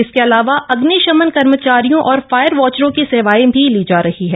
इसके अलाव्र अग्निशमन कर्मचारियों और फायर वॉचरों की सेवप्रां भी ली जप्र रही हैं